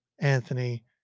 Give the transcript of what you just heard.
Anthony